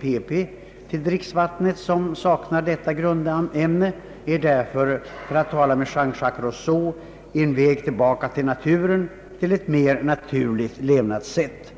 Pp» till dricksvattnet som saknar det ta grundämne är alltså — för att tala med Jean Jacques Rousseau — en väg »tillbaka till naturen>, till ett mer naturligt levnadssätt.